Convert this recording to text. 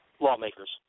lawmakers